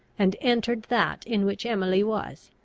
and entered that in which emily was,